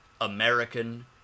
american